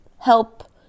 help